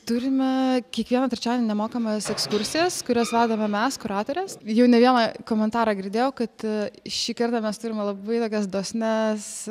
turime kiekvieną trečiadienį nemokamas ekskursijas kurias vedame mes kuratorės jau ne vieną komentarą girdėjau kad šį kartą mes turime labai tokias dosnias